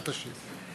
בעזרת השם.